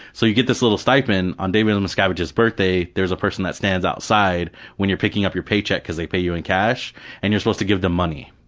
so you get this little stipend and on david miscaviage's birthday there's a person that stands outside when you're picking up your paycheck, because they pay you in cash and you're supposed to give them money,